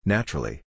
Naturally